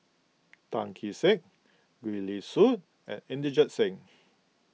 Tan Kee Sek Gwee Li Sui and Inderjit Singh